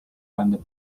vahendab